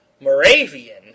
Moravian